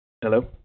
Hello